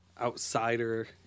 outsider